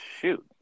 shoot